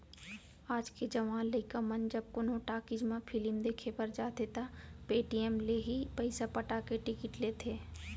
आज के जवान लइका मन जब कोनो टाकिज म फिलिम देखे बर जाथें त पेटीएम ले ही पइसा पटा के टिकिट लेथें